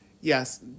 Yes